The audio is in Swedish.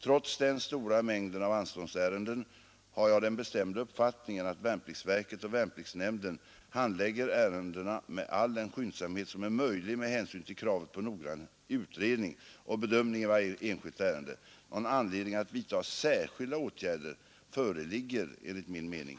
Trots den stora mängden av anståndsärenden har jag den bestämda uppfattningen att värnpliktsverket och värnpliktsnämnden handlägger ärendena med all den skyndsamhet som är möjlig med hänsyn till kravet på noggrann utredning och bedömning i varje enskilt ärende. Någon anledning att vidta särskilda åtgärder föreligger inte enligt min mening.